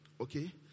Okay